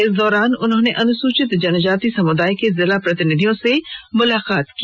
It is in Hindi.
इस दौरान उन्होंने अनुसूचित जनजाति समुदाय के जिला प्रतिनिधियों से मुलाकात की